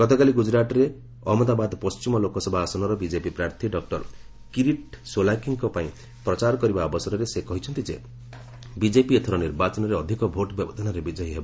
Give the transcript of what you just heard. ଗତକାଲି ଗୁଜରାଟର ଅହଜ୍ଞଦାବାଦ୍ ପଣ୍ଟିମ ଲୋକସଭା ଆସନର ବିଜେପି ପ୍ରାର୍ଥୀ ଡକ୍ଟର କିରିଟ ସୋଲାଙ୍କିଙ୍କ ପାଇଁ ପ୍ରଚାର କରିବା ଅବସରରେ ସେ କହିଛନ୍ତି ଯେ ବିଜେପି ଏଥର ନିର୍ବାଚନରେ ଅଧିକ ଭୋଟ୍ ବ୍ୟବଧାନରେ ବିଜୟୀ ହେବ